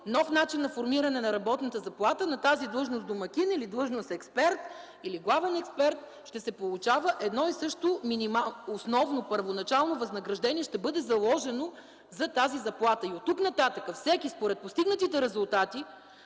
нов начин на формиране на работната заплата на тази длъжност „Домакин” или „Експерт”, или „Главен експерт” ще се получава едно и също основно първоначално възнаграждение, което ще бъде заложено за тази заплата. Оттук нататък всеки, според постигнатите резултати,